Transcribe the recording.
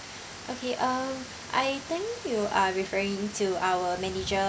okay uh I think you are referring to our manager